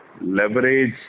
leverage